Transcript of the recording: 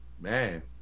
man